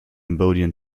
cambodian